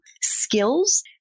skills